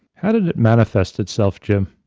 how did it manifest itself, jim?